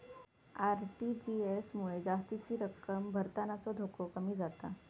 RTGS मुळे जास्तीची रक्कम भरतानाचो धोको कमी जाता